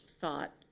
thought